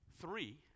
Three